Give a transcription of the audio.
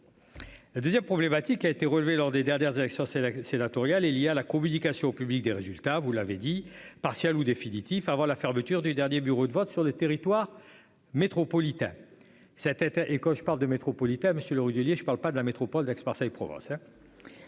Bon. 2ème problématique a été relevé lors des dernières élections, c'est la sénatoriale est Elia à la communication au public des résultats, vous l'avez dit partiel ou définitif avant la fermeture du dernier bureau de vote sur le territoire métropolitain. Sa tête et quand je parle de métropolitains, Monsieur le Rudulier. Je ne parle pas de la métropole d'Aix-Marseille Provence.